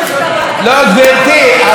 אז חבל שאני לא מביא,